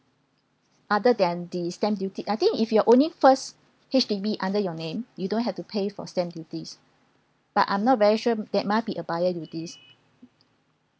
other than the stamp duty I think if you are owning first H_D_B under your name you don't have to pay for stamp duties but I'm not very sure that might be a buyer duties